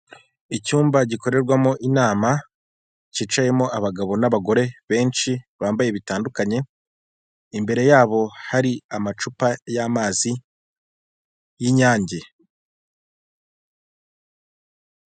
Icyumba gikorerwamo inama cyicayemo abagabo n'abagore benshi bambaye bitandukanye, imbere yabo hari amacupa y'amazi, y'inyange.